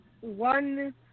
one